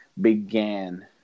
began